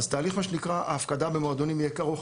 אז תהליך ההפקדה במועדונים יהיה כרוך,